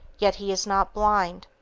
yet he is not blind,